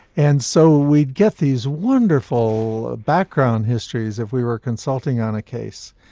and so we'd get these wonderful ah background histories if we were consulting on a case.